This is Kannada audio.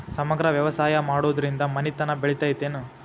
ಸಮಗ್ರ ವ್ಯವಸಾಯ ಮಾಡುದ್ರಿಂದ ಮನಿತನ ಬೇಳಿತೈತೇನು?